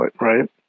right